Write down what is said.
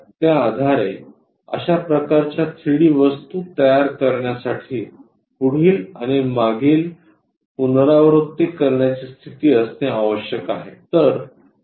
त्या आधारे अशा प्रकारच्या थ्रीडी वस्तू तयार करण्यासाठी पुढील आणि मागील पुनरावृत्ती करण्याची स्थिती असणे आवश्यक आहे